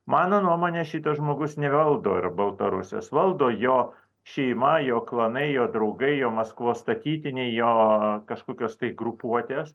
mano nuomone šitas žmogus nevaldo ir baltarusijos valdo jo šeima jo klanai jo draugai jo maskvos statytiniai jo kažkokios tai grupuotės